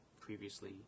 previously